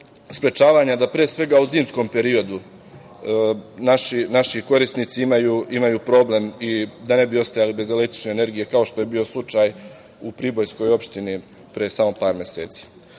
da pre svega u zimskom periodu naši korisnici imaju problem i da ne bi ostajali bez električne energije, kao što je bio slučaj u pribojskoj opštini pre samo par meseci. Što